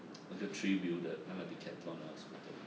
那个 three wheel 的那个 decathlon 那个 scooter